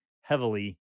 heavily